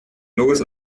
bloß